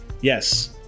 Yes